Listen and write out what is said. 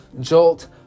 Jolt